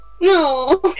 No